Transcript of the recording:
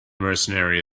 mercenary